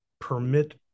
permit